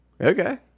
okay